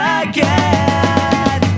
again